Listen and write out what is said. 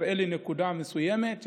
תראה לי נקודה מסוימת,